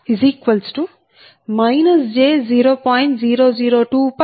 u